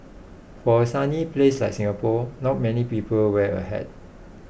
for a sunny place like Singapore not many people wear a hat